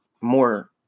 more